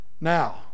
now